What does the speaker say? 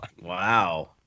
Wow